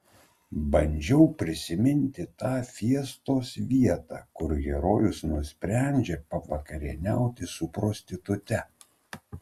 bandžiau prisiminti tą fiestos vietą kur herojus nusprendžia pavakarieniauti su prostitute